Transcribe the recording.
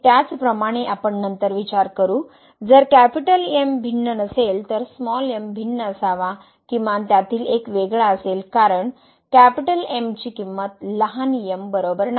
त्याचप्रमाणे आपण नंतर विचार करू जर Mभिन्न नसेल तर mभिन्न असावा किमान त्यातील एक वेगळा असेल कारण M ची किमंत लहान m बरोबर नाही